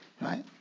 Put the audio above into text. Right